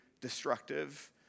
destructive